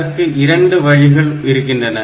அதற்கு இரண்டு வழிகள் இருக்கின்றன